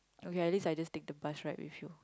okay at least I just take the bus ride with you